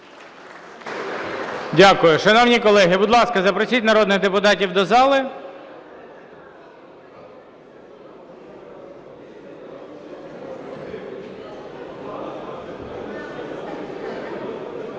Дякую. Шановні колеги, будь ласка, запросіть народних депутатів до зали.